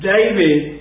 David